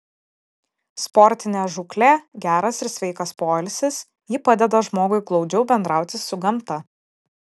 sportinė žūklė geras ir sveikas poilsis ji padeda žmogui glaudžiau bendrauti su gamta